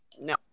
No